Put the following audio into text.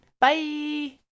Bye